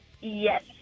Yes